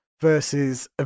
versus